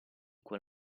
quel